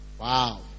Wow